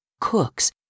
cooks